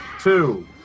two